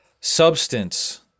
substance